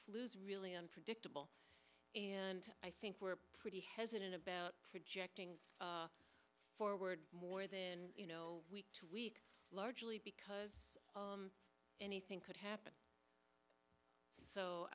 flus really unpredictable and i think we're pretty hesitant about projecting forward more than you know week to week largely because anything could happen so